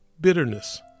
bitterness